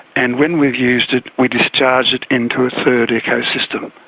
and when we've used it, we discharge it into a third ecosystem,